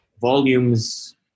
volumes